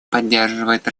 поддерживает